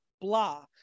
blah